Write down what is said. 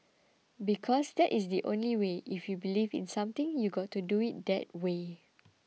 because that is the only way if you believe in something you've got to do it that way